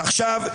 עופר,